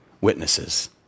witnesses